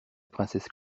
princesse